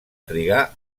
trigar